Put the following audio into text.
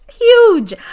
huge